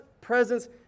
presence